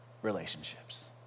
relationships